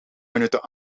minuten